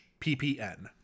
ppn